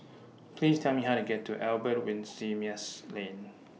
Please Tell Me How to get to Albert Winsemius Lane